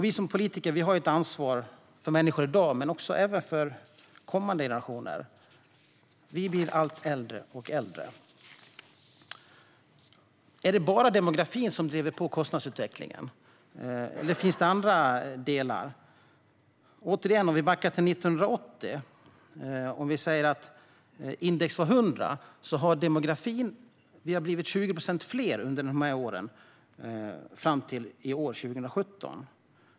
Vi politiker har ett ansvar för människor i dag men också för kommande generationer. Vi blir allt äldre. Är det bara demografin som driver på kostnadsutvecklingen? Finns det andra delar? Låt oss backa tillbaka till 1980 och säga att index var 100. Vi har under åren fram till 2017 blivit 20 procent fler.